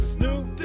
Snoop